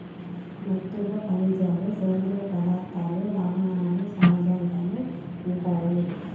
మట్టిలో ఖనిజాలు, సేంద్రీయ పదార్థాలు, లవణాలు సహజంగానే ఉంటాయి